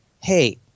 hey